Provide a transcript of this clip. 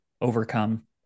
overcome